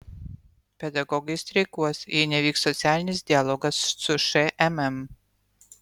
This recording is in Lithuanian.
pedagogai streikuos jei nevyks socialinis dialogas su šmm